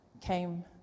came